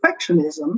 perfectionism